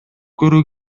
көрүү